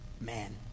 Man